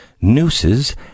nooses